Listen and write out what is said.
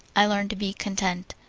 i learn to be content.